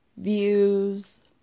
views